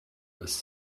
was